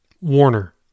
Warner